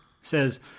says